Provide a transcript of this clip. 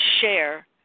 share